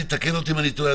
תקן אותי אם אני טועה,